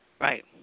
Right